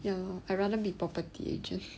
ya lor I rather be property agents